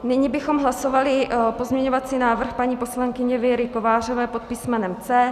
Nyní bychom hlasovali pozměňovací návrh paní poslankyně Věry Kovářové pod písmenem C.